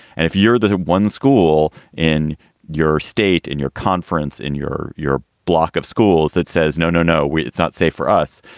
and if you're the one school in your state, in your conference, in your your block of schools that says no, no, no, it's not safe for us,